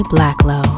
Blacklow